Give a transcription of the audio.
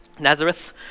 nazareth